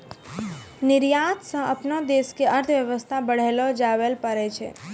निर्यात स अपनो देश के अर्थव्यवस्था बढ़ैलो जाबैल पारै छै